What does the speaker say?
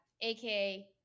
aka